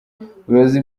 ubuyobozi